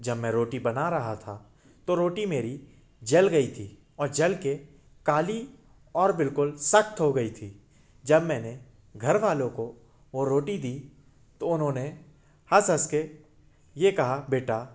जब मैं रोटी बना रहा था तो रोटी मेरी जल गई थी और जल के काली और बिल्कुल सख़्त हो गई थी जब मैंने घरवालों काे वो रोटी दी तो उन्होंने हँस हँस के ये कहा बेटा